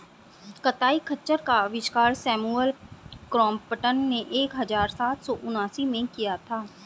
कताई खच्चर का आविष्कार सैमुअल क्रॉम्पटन ने एक हज़ार सात सौ उनासी में किया था